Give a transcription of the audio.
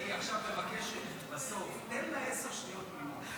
אם היא עכשיו מבקשת, בסוף תן לה עשר שניות תמימות.